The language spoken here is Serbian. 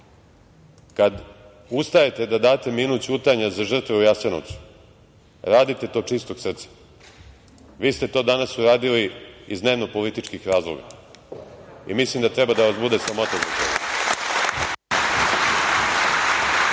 kad ustajete da date minut ćutanja za žrtve u Jasenovcu radite to čistog srca. Vi ste to danas uradili iz dnevno političkih razloga i mislim da treba da vas bude sramota